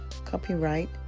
Copyright